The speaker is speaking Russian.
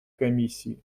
комиссии